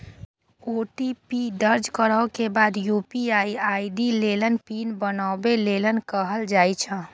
OTP दर्ज करै के बाद यू.पी.आई आई.डी लेल पिन बनाबै लेल कहल जाइ छै